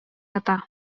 ята